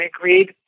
agreed